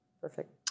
Perfect